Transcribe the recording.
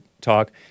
talk